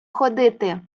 ходити